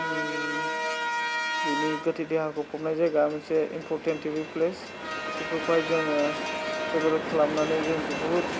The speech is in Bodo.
बिनि गोथै देहाखौ फबनाय जायगा मोनसे इमपर्टेन्ट टुरिस्ट प्लेस बेखौफोरखौहाय जोङो ट्रेभेल खालामनानै जों बहुद